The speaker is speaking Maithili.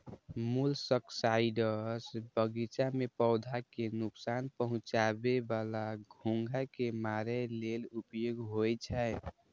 मोलस्कसाइड्स बगीचा मे पौधा कें नोकसान पहुंचाबै बला घोंघा कें मारै लेल उपयोग होइ छै